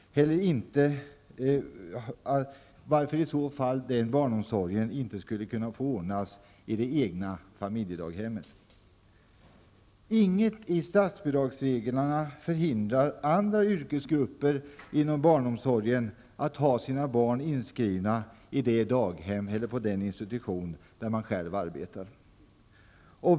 Man har inte heller kunnat förklara varför den barnomsorgen i så fall inte skulle kunna få ordnas i det egna familjedaghemmet. Ingenting i statsbidragsreglerna förhindrar andra yrkesgrupper inom barnomsorgen att ha sina egna barn inskrivna på det daghem eller på den institution där man själv arbetar.